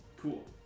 Cool